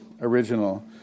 original